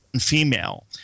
female